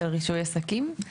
של רישוי עסקים.